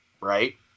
right